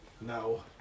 No